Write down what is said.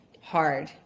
hard